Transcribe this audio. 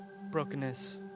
brokenness